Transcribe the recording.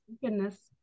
Goodness